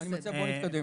אני מציע שנתקדם.